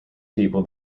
people